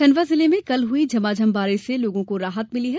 खण्डवा जिले में कल हुई झमाझम बारिश से लोगों को राहत मिली है